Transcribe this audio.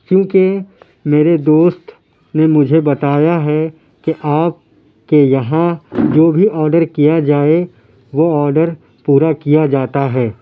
کیوں کہ میرے دوست نے مجھے بتایا ہے کہ آپ کے یہاں جو بھی آڈر کیا جائے وہ آڈر پورا کیا جاتا ہے